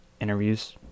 interviews